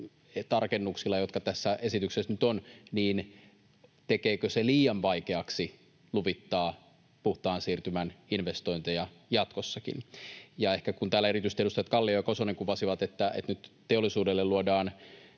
tarkennuksilla, jotka tässä esityksessä nyt on, tekee liian vaikeaksi luvittaa puhtaan siirtymän investointeja jatkossakin. Kun täällä erityisesti edustajat Kallio ja Kosonen kuvasivat, että nyt teollisuudelle luodaan